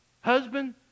Husband